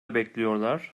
bekliyorlar